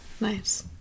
Nice